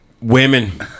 Women